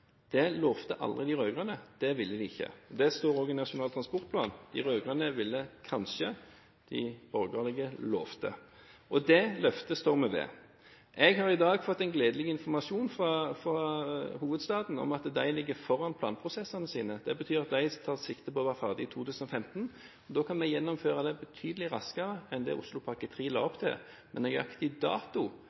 Det lovte aldri de rød-grønne. Det ville de ikke. Det står òg i Nasjonal transportplan. De rød-grønne ville kanskje. De borgerlige lovte. Det løftet står vi ved. Jeg har i dag fått en gledelig informasjon fra hovedstaden om at de ligger foran planprosessene sine. Det betyr at de tar sikte på å være ferdig i 2015. Da kan vi gjennomføre dette betydelig raskere enn det Oslopakke 3 la opp til, men nøyaktig dato